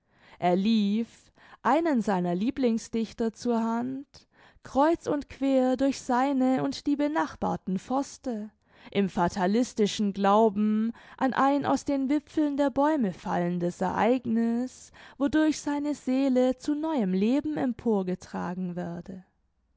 er lief einen seiner lieblingsdichter zur hand kreuz und quer durch seine und die benachbarten forste im fatalistischen glauben an ein aus den wipfeln der bäume fallendes ereigniß wodurch seine seele zu neuem leben empor getragen werde